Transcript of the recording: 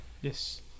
Yes